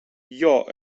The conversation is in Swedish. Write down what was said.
jag